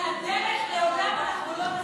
על הדרך לעולם אנחנו לא נסכים.